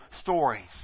stories